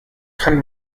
kann